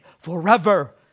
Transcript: forever